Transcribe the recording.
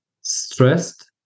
stressed